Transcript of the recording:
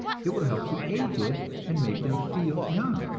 it will help the aged and make them feel young.